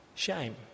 shame